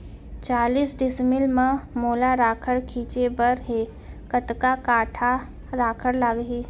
चालीस डिसमिल म मोला राखड़ छिंचे बर हे कतका काठा राखड़ लागही?